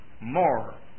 more